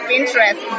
Pinterest